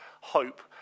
hope